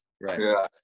Right